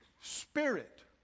spirit